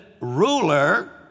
ruler